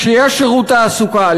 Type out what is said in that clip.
כשיש שירות תעסוקה,